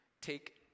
take